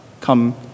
come